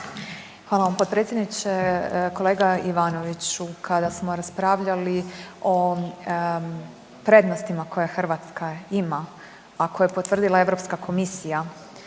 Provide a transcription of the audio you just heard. Hvala vam potpredsjedniče. Kolega Ivanoviću kada smo raspravljali o prednostima koje Hrvatska ima, a koje je potvrdila Europska komisija